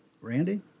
Randy